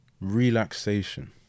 Relaxation